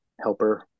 helper